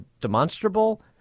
demonstrable